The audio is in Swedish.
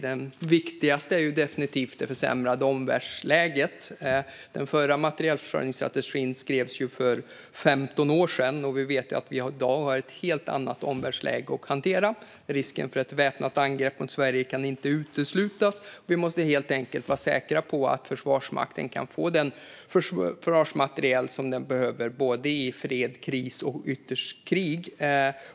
Det viktigaste är definitivt det försämrade omvärldsläget. Den förra materielförsörjningsstrategin skrevs för 15 år sedan, och vi har ju ett helt annat omvärldsläge att hantera i dag. Risken för ett väpnat angrepp mot Sverige kan inte uteslutas. Vi måste helt enkelt vara säkra på att Försvarsmakten kan få den försvarsmateriel som den behöver i såväl fred som kris och ytterst krig.